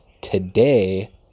Today